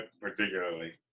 particularly